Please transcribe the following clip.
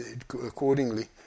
accordingly